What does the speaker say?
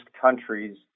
countries